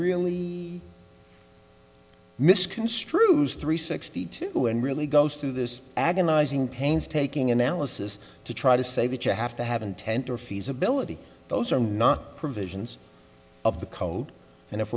really misconstrues three sixty two and really goes through this agonizing painstaking analysis to try to say that you have to have intent or feasibility those are not provisions of the code and if